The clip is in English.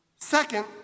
Second